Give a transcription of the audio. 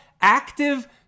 active